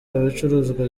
ibicuruzwa